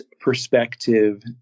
perspective